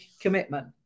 commitment